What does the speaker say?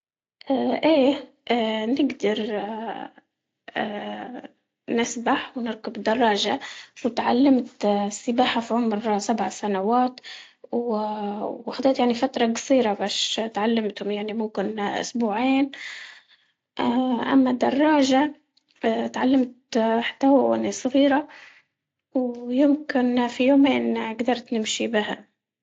اه ايه اه نقدر اه اه نخبح ونركب دراجة وتعلمت اه السباحة في عمر سبع سنوات وخديت يعني فترة قصيرة باش تعلمتهم، يعني ممكن اه اسبوعين اه اما تعلمت حتى هو إني صغيرة ويمكن في يومين قدرت نمشي بها.